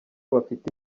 bafite